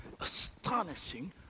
astonishing